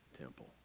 temple